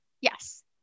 Yes